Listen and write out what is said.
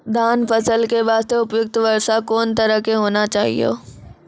धान फसल के बास्ते उपयुक्त वर्षा कोन तरह के होना चाहियो?